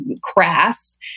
crass